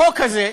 החוק הזה,